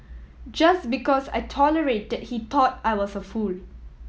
just because I tolerated he thought I was a fool